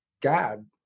God